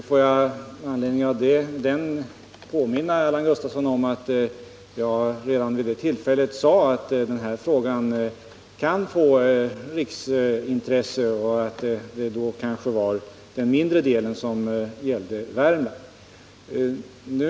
Får jag med anledning av den debatten påminna Allan Gustafsson om att jag redan vid det tillfället sade att denna fråga kan få riksintresse och att det då kanske är en mindre del som gäller Värmland.